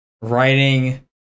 writing